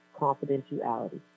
confidentiality